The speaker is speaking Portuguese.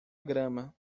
grama